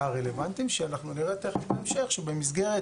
הרלוונטיים שאנחנו נראה תיכף בהמשך שבמסגרת